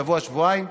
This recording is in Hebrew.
שבוע-שבועיים,